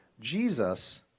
Jesus